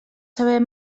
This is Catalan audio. saber